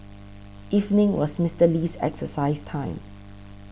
evening was Mister Lee's exercise time